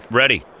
ready